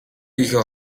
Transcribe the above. хийхээ